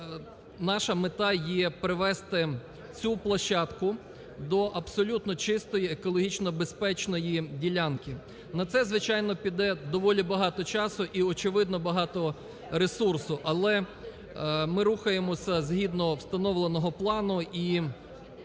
наша мета є привести цю площадку до абсолютно чистої, екологічно безпечної ділянки. На це, звичайно, піде доволі багато часу і, очевидно, багато ресурсу. Але ми рухаємося згідно встановленого плану і